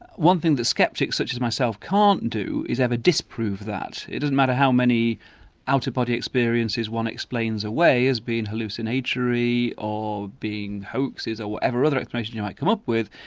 one thing that sceptics such as myself can't do is ever disprove that. it doesn't matter how many out-of-body experiences one explains away as being hallucinatory or being hoaxes or whatever other explanation you might come up with,